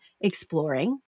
exploring